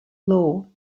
law